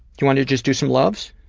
you want to just do some loves?